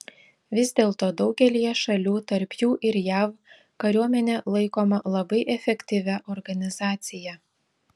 vis dėlto daugelyje šalių tarp jų ir jav kariuomenė laikoma labai efektyvia organizacija